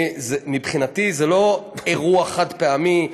מבחינתי זה לא אירוע חד-פעמי,